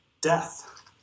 Death